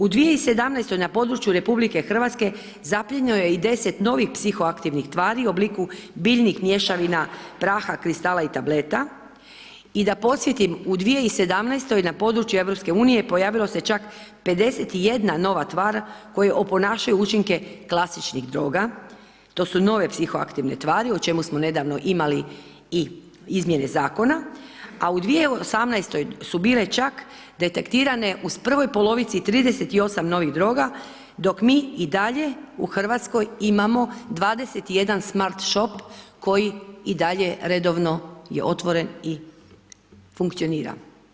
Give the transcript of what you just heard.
U 2017. na području RH zaplijenjeno je i 10 novih psihoaktivnih tvari u obliku biljnih mješavina praha, kristala i tableta i da podsjetim, u 2017. na području EU pojavilo se čak 51 nova tvar koje oponašaju učinke klasičnih droga, to su nove psihoaktivne tvari, o čemu smo nedavno imali i izmjene zakona, a u 2018. su bile čak detektirane u prvoj polovici 38 novih droga, dok mi i dalje u Hrvatskoj imamo 21 smart shop koji i dalje redovno je otrven i funkcionira.